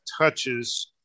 touches